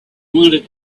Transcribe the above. wanted